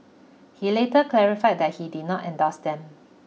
he later clarify that he did not endorse them